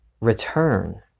Return